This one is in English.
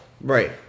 Right